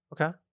Okay